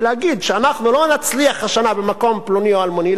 להגיד שאנחנו לא נצליח השנה במקום פלוני או אלמוני,